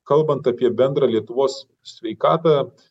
kalbant apie bendrą lietuvos sveikatą